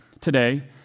today